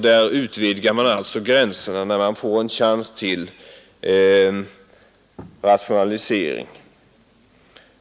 Där utvidgar man alltså gränserna, när man får en chans att rationalisera.